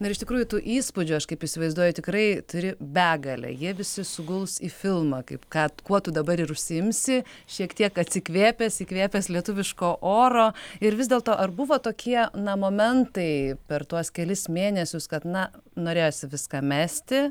na ir iš tikrųjų tų įspūdžių aš kaip įsivaizduoju tikrai turi begalę jie visi suguls į filmą kaip kad kuo tu dabar ir užsiimsi šiek tiek atsikvėpęs įkvėpęs lietuviško oro ir vis dėlto ar buvo tokie na momentai per tuos kelis mėnesius kad na norėjosi viską mesti